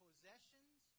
possessions